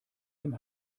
dem